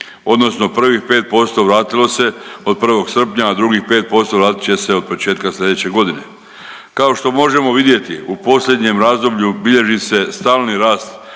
odnosno prvih 5% vratilo se od 1. srpnja, a drugih 5% vratit će se od početka slijedeće godine. Kao što možemo vidjeti, u posljednjem razdoblju bilježi se stalni rast